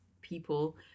people